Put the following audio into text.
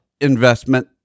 investment